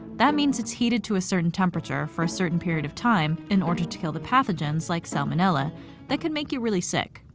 that means it's heated to a certain temperature for a certain period of time in order to kill the pathogens like salmonella that could make you really sick.